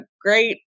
great